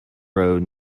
road